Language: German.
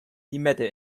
limette